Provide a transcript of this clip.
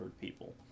people